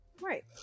Right